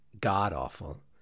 god-awful